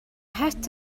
het